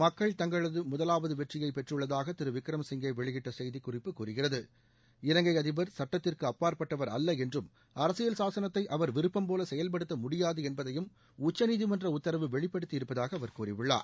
மக்கள் தங்களது முதலாவது வெற்றியை பெற்றுள்ளதாக திரு விக்ரமசிங்கே வெளியிட்ட செய்தி கூறுகிறது இலங்கை அதிபர் சுட்டத்திற்கு அப்பாற்பட்டவர் அல்ல என்றும் அரசியல் சாசனத்தை அவர் விரும்பம்போல செயல்படுத்த முடியாது என்பதையும் உச்சநீதிமன்ற உத்தரவு வெளிப்படுத்தி இருப்பதாக அவர் கூறியுள்ளார்